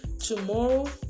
Tomorrow